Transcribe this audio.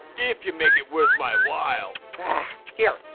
if you make it worth my while. here,